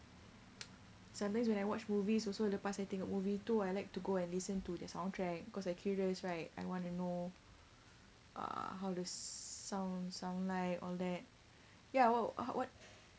sometimes when I watch movies also lepas saya tengok movie tu I like to go and listen to the soundtrack cause I curious right I want to know uh how the song sound like all that ya what what